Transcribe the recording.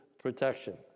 Protection